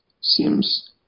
seems